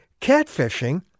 catfishing